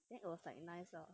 then it was like nice ah